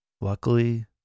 Luckily